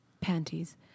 Panties